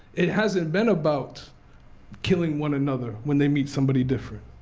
it hasn't been about killing one another when they meet somebody different.